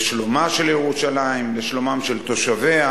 לשלומה של ירושלים, לשלומם של תושביה,